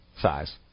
size